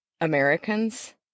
Americans